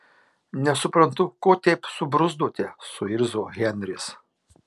nesuprantu ko taip subruzdote suirzo henris